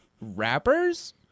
rappers